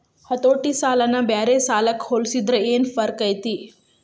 ಹತೋಟಿ ಸಾಲನ ಬ್ಯಾರೆ ಸಾಲಕ್ಕ ಹೊಲ್ಸಿದ್ರ ಯೆನ್ ಫರ್ಕೈತಿ?